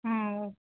ஆ okay